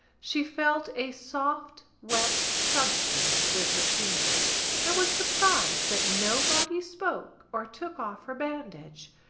she felt a soft wet substance with her fingers and was surprised that nobody spoke or took off her bandage.